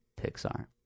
Pixar